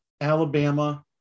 Alabama